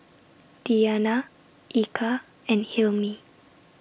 Diyana Eka and Hilmi